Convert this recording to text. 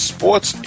Sports